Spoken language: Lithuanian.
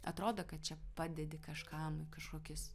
atrodo kad čia padedi kažką nu kažkokius